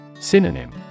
Synonym